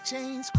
chains